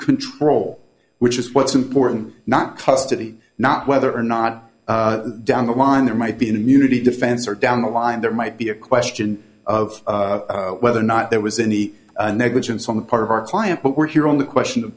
control which is what's important not custody not whether or not down the line there might be an immunity defense or down the line there might be a question of whether or not there was any negligence on the part of our client but we're here on the question of